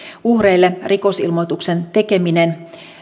uhreille rikosilmoituksen tekeminen